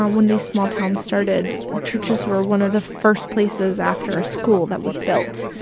um when these small towns started, churches were one of the first places after a school that was built,